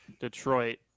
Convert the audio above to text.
Detroit